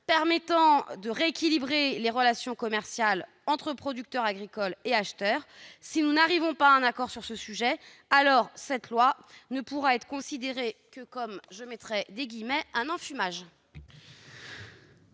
permettant de rééquilibrer les relations commerciales entre producteurs agricoles et acheteurs. Si nous n'aboutissons pas à un accord sur ce sujet, alors la future loi pourra être considérée comme un simple « enfumage